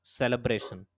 celebration